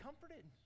comforted